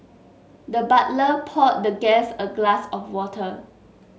the butler poured the guest a glass of water